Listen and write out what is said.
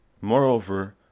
Moreover